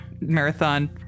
Marathon